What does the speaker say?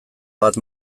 bat